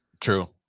true